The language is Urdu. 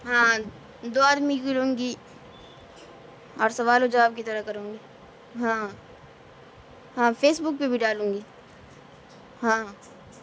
ہاں دو آدمی گروں گی اور سوال و جواب کی طرح کروں گی ہاں ہاں فیس بک پہ بھی ڈالوں گی ہاں